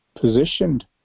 positioned